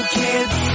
kids